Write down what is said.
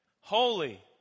Holy